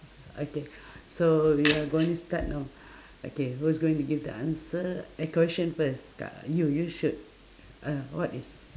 okay so we are gonna start now okay who is going to give the answer eh question first kak you you should ah what is